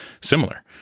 similar